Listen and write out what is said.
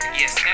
yes